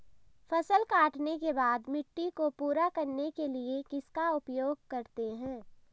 फसल काटने के बाद मिट्टी को पूरा करने के लिए किसका उपयोग करते हैं?